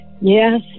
yes